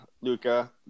Luca